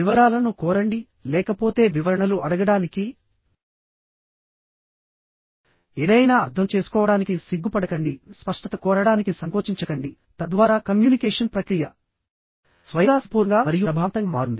వివరాలను కోరండి లేకపోతే వివరణలు అడగడానికి ఏదైనా అర్థం చేసుకోవడానికి సిగ్గుపడకండి స్పష్టత కోరడానికి సంకోచించకండి తద్వారా కమ్యూనికేషన్ ప్రక్రియ స్వయంగా సంపూర్ణంగా మరియు ప్రభావవంతంగా మారుతుంది